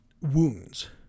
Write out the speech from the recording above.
wounds